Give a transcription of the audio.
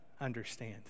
understand